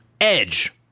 Edge